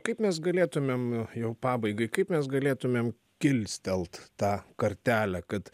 kaip mes galėtumėm jau pabaigai kaip mes galėtumėm kilstelt tą kartelę kad